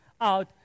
out